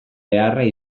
beharra